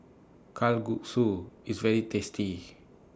Kalguksu IS very tasty